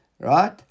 Right